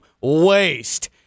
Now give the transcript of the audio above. waste